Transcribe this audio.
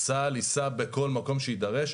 צה"ל ייסע בכל מקום שיידרש,